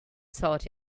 sort